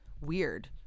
weird